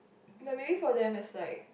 but maybe for them it's like